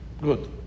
Good